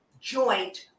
joint